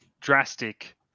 drastic